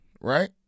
right